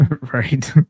Right